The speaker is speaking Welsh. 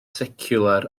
seciwlar